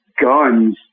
guns